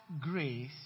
grace